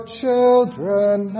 children